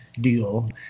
deal